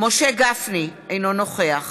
משה גפני, אינו נוכח